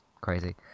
crazy